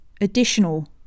additional